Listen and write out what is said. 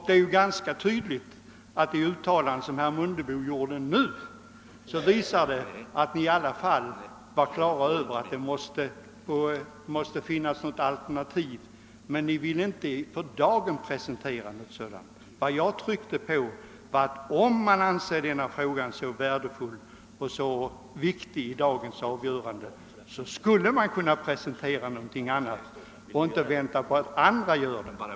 Det är ganska tydligt att i det uttalande som herr Mundebo gjorde visar att folkpartiet i alla fall har klart för sig, att det borde finnas något alternativ men inte för dagen vill presentera något sådant. Vad jag underströk var att om man anser denna fråga så värdefull och så viktig i dagens diskussion så skulle man kunna presentera något annat förslag och inte vänta på att andra gör det.